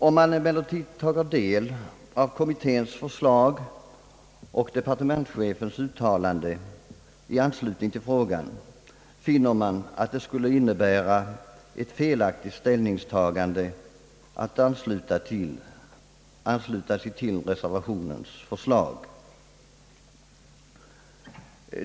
Om man emellertid tar del av kommitténs förslag och departementschefens uttalande i anslutning till frågan, finner man att det skulle innebära ett felaktigt ställningstagande att ansluta sig till reservationens förslag.